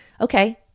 Okay